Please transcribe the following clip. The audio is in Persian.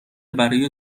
برای